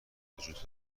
وجود